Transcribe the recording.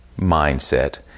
mindset